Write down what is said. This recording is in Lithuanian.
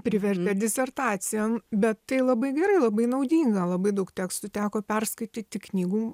privertė disertacija bet tai labai gerai labai naudinga labai daug tekstų teko perskaityti knygų